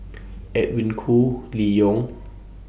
Edwin Koo Lee Yong